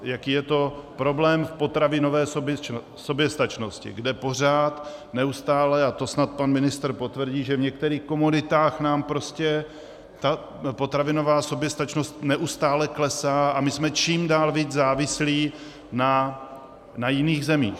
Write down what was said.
Jaký je to problém v potravinové soběstačnosti, kde pořád, neustále, a to snad pan ministr potvrdí, že v některých komoditách nám prostě ta potravinová soběstačnost neustále klesá a my jsme čím dál víc závislí na jiných zemích.